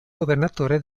governatore